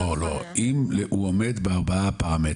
לא, אם הוא עומד בפרמטרים.